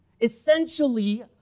Essentially